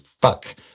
fuck